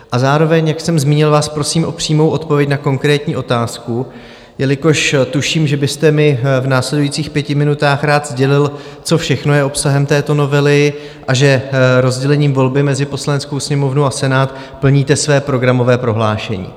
A zároveň, jak jsem zmínil, vás prosím o přímou odpověď na konkrétní otázku, jelikož tuším, že byste mi v následujících pěti minutách rád sdělil, co všechno je obsahem této novely a že rozdělením volby mezi Poslaneckou sněmovnu a Senát plníte své programové prohlášení.